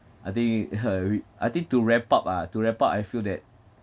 I think I think to wrap up ah to wrap up I feel that